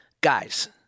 Guys